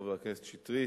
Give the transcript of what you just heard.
חבר הכנסת שטרית,